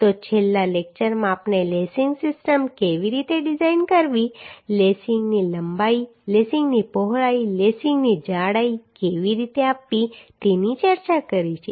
તો છેલ્લા લેક્ચરમાં આપણે લેસિંગ સિસ્ટમ કેવી રીતે ડિઝાઇન કરવી લેસિંગની લંબાઈ લેસિંગની પહોળાઈ લેસિંગની જાડાઈ કેવી રીતે આપવી તેની ચર્ચા કરી છે